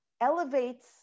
elevates